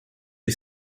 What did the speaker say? est